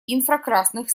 инфракрасных